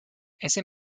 ese